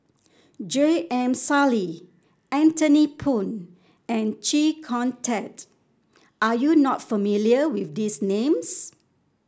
J M Sali Anthony Poon and Chee Kong Tet are you not familiar with these names